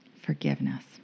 Forgiveness